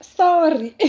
sorry